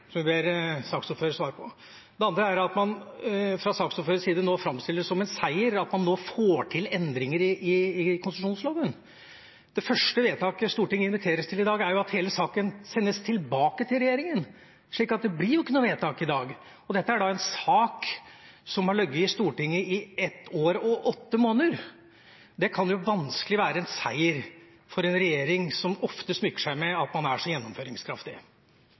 som jeg ber saksordføreren svare på. Det andre er at man fra saksordførerens side framstiller det som en seier at man nå får til endringer i konsesjonsloven. Det første vedtaket Stortinget inviteres til i dag, er jo at hele saken sendes tilbake til regjeringa – så det blir jo ikke noe vedtak i dag – og dette er en sak som har ligget i Stortinget i ett år og åtte måneder! Det kan jo vanskelig være en seier for en regjering som ofte smykker seg med at man er så gjennomføringskraftig.